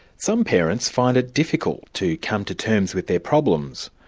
some parents find it difficult to come to terms with their problems,